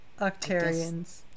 Octarians